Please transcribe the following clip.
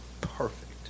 perfect